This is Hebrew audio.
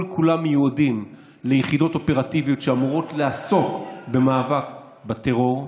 כל-כולם מיועדים ליחידות אופרטיביות שאמורות לעסוק במאבק בטרור,